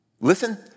Listen